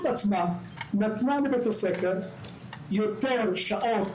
הרשות עצמה נתנה לבית הספר יותר שעות